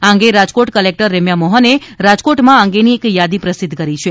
આ અંગે રાજકોટ કલેકટર રેમ્યા મોહને રાજકોટમાં આ અંગેની એક યાદી પ્રસિધ્ધ કરી છે